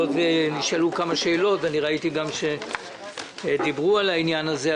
היות ונשאלו כמה שאלות וראיתי גם שדיברו על העניין הזה,